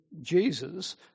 Jesus